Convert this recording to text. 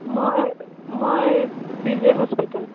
মই মই B J hospital